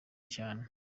cyane